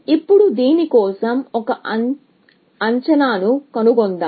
ఇప్పుడు దీని కోసం ఒక అంచనాను కనుగొందాం